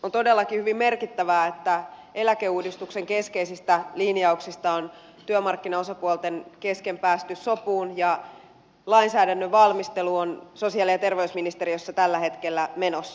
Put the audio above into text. on todellakin hyvin merkittävää että eläkeuudistuksen keskeisistä linjauksista on työmarkkinaosapuolten kesken päästy sopuun ja lainsäädännön valmistelu on sosiaali ja terveysministeriössä tällä hetkellä menossa